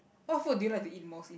what food do you like to eat mostly